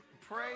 Pray